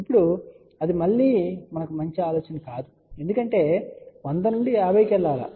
ఇప్పుడు అది మళ్ళీ మంచి ఆలోచన కాదు ఎందుకంటే 100 నుండి 50 కు వెళ్లాలి